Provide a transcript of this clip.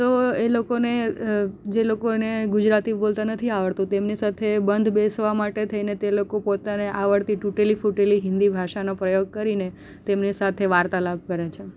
તો એ લોકોને જે લોકોને ગુજરાતી બોલતા નથી આવડતું તેમની સાથે બંધ બેસવા માટે થઈને તે લોકો પોતાને આવડતી તૂટેલી ફૂટેલી હિન્દી ભાષાનો પ્રયોગ કરીને તેમની સાથે વાર્તાલાપ કરે છે